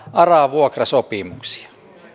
ara vuokrasopimuksia